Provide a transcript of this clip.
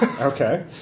okay